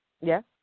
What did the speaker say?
Yes